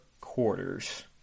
quarters